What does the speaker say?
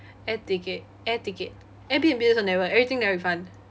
air ticket air ticket airbnb also never everything never refund